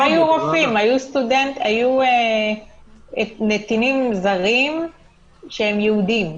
היו נתינים זרים שהם יהודים.